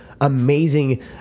amazing